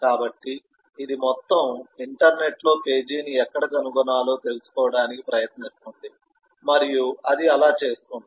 కాబట్టి ఇది మొత్తం ఇంటర్నెట్లో పేజీని ఎక్కడ కనుగొనాలో తెలుసుకోవడానికి ప్రయత్నిస్తుంది మరియు అది అలా చేస్తుంది